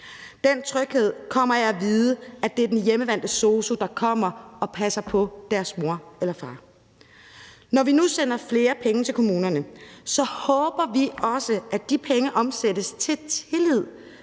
Den tryghed kommer af at vide, at det er den hjemmevante sosu, der kommer og passer på deres mor eller far. Når vi nu sender flere penge til kommunerne, håber vi også, at de penge omsættes til tillid